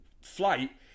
flight